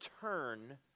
turn